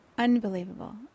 unbelievable